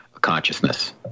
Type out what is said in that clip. consciousness